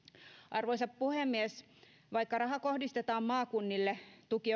arvoisa puhemies vaikka raha kohdistetaan maakunnille tuki